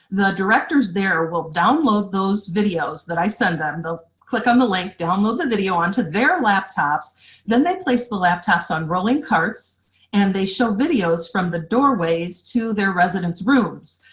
the directors there will download those videos that i send them, they'll click on the link, download the video onto their laptops then they place the laptops on rolling carts and they show videos from the doorways to their residents rooms.